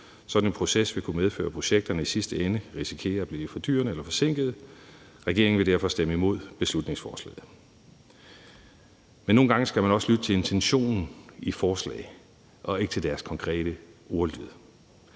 Sådan en proces vil kunne medføre, at projekterne i sidste ende risikerer at blive fordyrede eller forsinkede. Regeringen vil derfor stemme imod beslutningsforslaget. Men nogle gange skal man også lytte til intentionen i forslag og ikke til deres konkrete ordlyd.